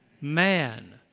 man